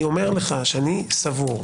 אני סבור,